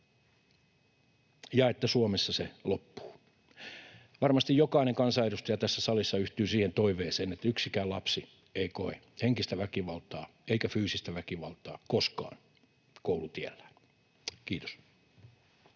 ja että Suomessa se loppuu. Varmasti jokainen kansanedustaja tässä salissa yhtyy toiveeseen siitä, että yksikään lapsi ei koe henkistä väkivaltaa eikä fyysistä väkivaltaa koskaan koulutiellään. — Kiitos.